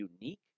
unique